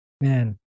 Man